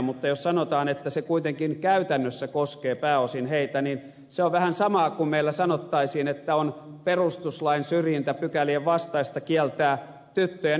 mutta jos sanotaan että se kuitenkin käytännössä koskee pääosin heitä niin se on vähän samaa kuin meillä sanottaisiin että on perustuslain syrjintäpykälien vastaista kieltää tyttöjen ympärileikkaus